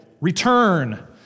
return